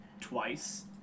twice